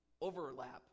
overlap